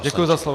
Děkuji za slovo.